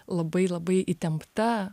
labai labai įtempta